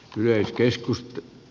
työkeskus